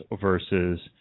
versus